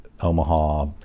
Omaha